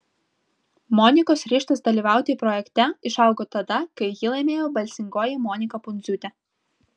monikos ryžtas dalyvauti projekte išaugo tada kai jį laimėjo balsingoji monika pundziūtė